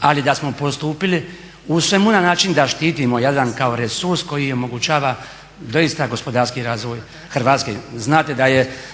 ali da smo postupili u svemu na način da štitimo Jadran kao resurs koji omogućava doista gospodarski razvoj Hrvatske. Znate